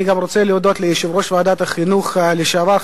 אני גם רוצה להודות ליושב-ראש ועדת החינוך לשעבר,